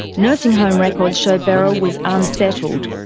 nursing home records show beryl was unsettled,